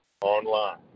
online